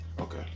Okay